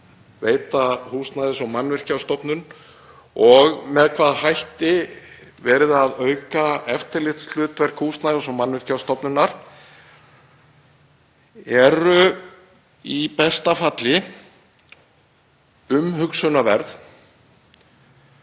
veita Húsnæðis- og mannvirkjastofnun og með hvaða hætti verið er að auka eftirlitshlutverk þeirrar stofnunar er í besta falli umhugsunarvert